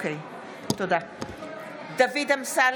(קוראת בשמות חברי הכנסת) דוד אמסלם,